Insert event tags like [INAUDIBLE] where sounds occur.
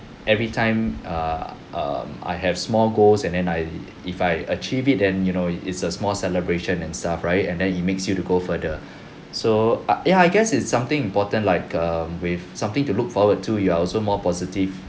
every time err um I have small goals and then I if I achieve it then you know it's a small celebration and stuff right and then it makes you to go further [BREATH] so uh ya I guess it's something important like um with something to look forward to you are also more positive